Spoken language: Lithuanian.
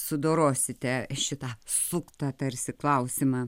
sudorosite šitą suktą tarsi klausimą